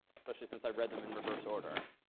especially since i read them in reverse order.